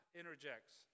interjects